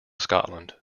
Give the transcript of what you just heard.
scotland